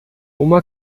uma